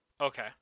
Okay